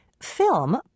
Film